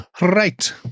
Right